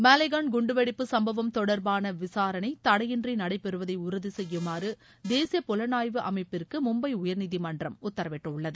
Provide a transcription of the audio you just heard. மாலேகான் குண்டுவெடிப்பு சம்பவம் தொடர்பான விசாரணை தடையின்றி நடைபெறுவதை உறுதி செய்யுமாறு தேசிய புலணாய்வு அமைப்பிற்கு மும்பை உயர்நீதிமன்றம் உத்தரவிட்டுள்ளது